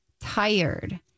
tired